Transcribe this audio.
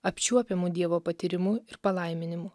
apčiuopiamu dievo patyrimu palaiminimu